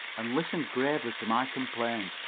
and listened gravely to my complaint.